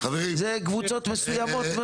זה קבוצות מסוימות מאוד.